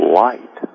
light